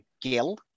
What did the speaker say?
Gill